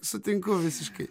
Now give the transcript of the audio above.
sutinku visiškai